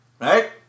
right